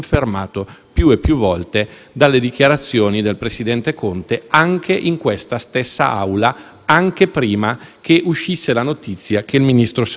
anche prima che uscisse la notizia che il ministro Salvini era indagato. Quindi, siamo pacificamente nell'alveo di una condotta ministeriale.